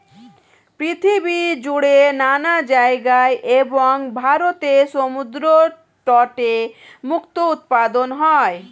পৃথিবী জুড়ে নানা জায়গায় এবং ভারতের সমুদ্র তটে মুক্তো উৎপাদন হয়